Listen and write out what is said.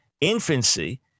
infancy